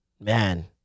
Man